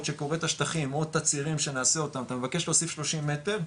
שקורה את השטחים או תצהירים שנעשה אותם אתה מבקש להוסיף 30 מטר,